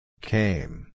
Came